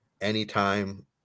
anytime